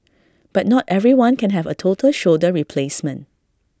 but not everyone can have A total shoulder replacement